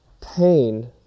pain